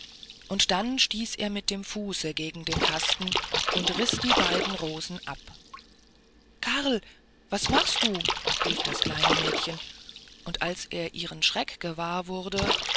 und dann stieß er mit dem fuße gegen den kasten und riß die beiden rosen ab karl was machst du rief das kleine mädchen und als er ihren schreck gewahr wurde